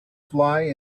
fly